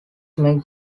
make